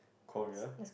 Korea